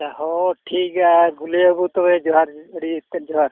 ᱟᱪᱪᱷᱟ ᱦᱮᱸ ᱴᱷᱤᱠ ᱜᱮᱭᱟ ᱜᱩᱞᱟᱹᱭ ᱵᱟᱹᱵᱩ ᱛᱚᱵᱮ ᱡᱚᱦᱟᱨ ᱜᱮ ᱟᱹᱰᱤ ᱩᱛᱟᱹᱨ ᱡᱚᱦᱟᱨ